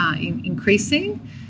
increasing